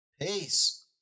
Peace